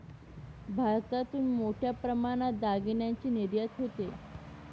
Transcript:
भारतातून मोठ्या प्रमाणात दागिन्यांची निर्यात होते